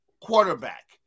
quarterback